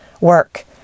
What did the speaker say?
work